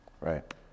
Right